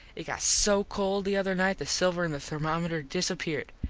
it got so cold the other night the silver in the thermometer disappeared.